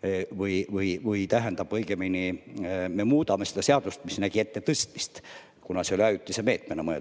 tõsta. Või õigemini, me muudame seadust, mis nägi ette tõstmist, kuna see oli mõeldud ajutise meetmena.